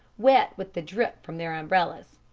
wet with the drip from their umbrellas.